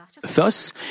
Thus